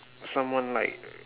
someone like